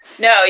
No